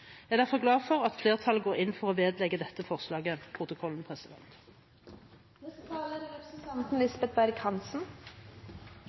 Jeg er derfor glad for at flertallet går inn for å vedlegge dette forslaget protokollen. Selv om jeg er